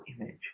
image